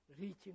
reaching